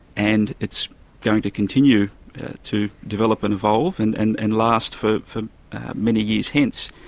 and it's going to continue to develop and evolve and and and last for for many years hence,